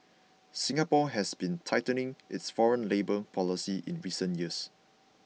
Singapore has been tightening its foreign labour policies in recent years